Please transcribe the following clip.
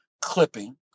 clipping